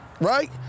Right